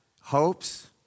hopes